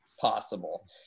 possible